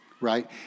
Right